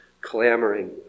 clamoring